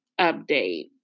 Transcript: update